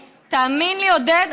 עודד,